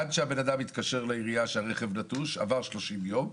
עד שמישהו מתקשר לעירייה לדווח שהרכב נטוש עברו 30 ימים,